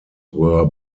were